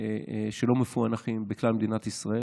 שלא מפוענחים בכלל מדינת ישראל.